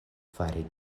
fari